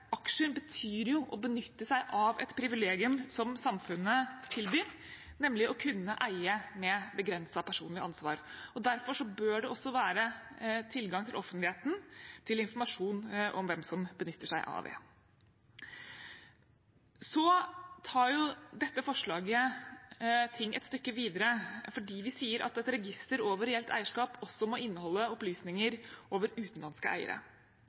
betyr jo å benytte seg av et privilegium som samfunnet tilbyr, nemlig å kunne eie med begrenset personlig ansvar. Derfor bør det også være tilgang for offentligheten til informasjon om hvem som benytter seg av det. Så tar dette forslaget ting et stykke videre, for vi sier at et register over reelt eierskap også må inneholde opplysninger over utenlandske eiere.